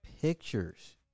pictures